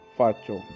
faccio